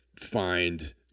find